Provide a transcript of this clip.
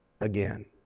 again